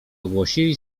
ogłosili